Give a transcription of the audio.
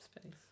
Space